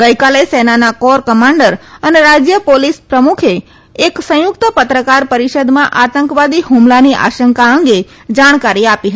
ગઈકાલે સેનાના corps commander અને રાજય પોલીસ પ્રમુખે એક સંયુકત પત્રકાર પરિષદમાં આતંકવાદી હમલાની આશંકા અંગે જાણકારી આપી હતી